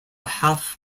half